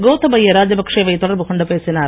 கோத்த பைய ராஜபக்ஷவை தொடர்பு கொண்டு பேசினார்